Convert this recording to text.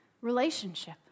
relationship